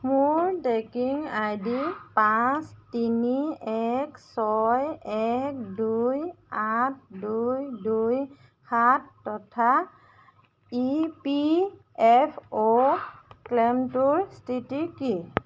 মোৰ tracking ID পাঁচ তিনি এক ছয় এক দুই আঠ দুই দুই সাত থকা ই পি এফ অ' ক্লেইমটোৰ স্থিতি কি